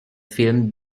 filmed